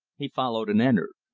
he followed and entered.